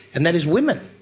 and that is women.